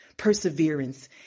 Perseverance